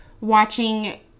watching